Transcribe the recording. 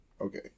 okay